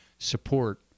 support